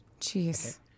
Jeez